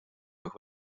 nog